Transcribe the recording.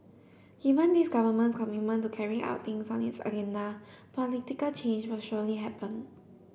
given this government's commitment to carrying out things on its agenda political change will surely happen